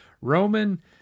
Roman